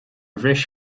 bhris